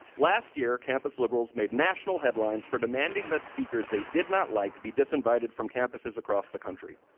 last year, campus liberals made national headlines for demanding that speaker s they did not like be disinvited from campuses across the country.